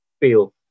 feel